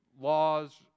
laws